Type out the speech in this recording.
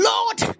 Lord